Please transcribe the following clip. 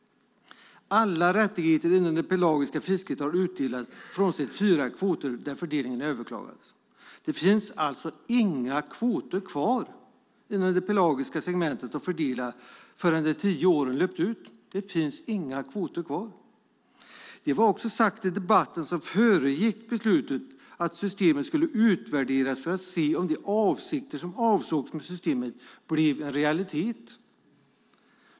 Alla rättigheter inom det pelagiska fisket har utdelats frånsett fyra kvoter där fördelningen har överklagats. Det finns alltså inga kvoter kvar inom det pelagiska segmentet att fördela förrän de tio åren löpt ut. Det finns inga kvoter kvar! Det sades också i debatten som föregick beslutet att systemet skulle utvärderas för att se om avsikterna med systemet blev en realitet.